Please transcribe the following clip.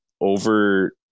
over